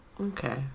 Okay